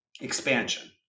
expansion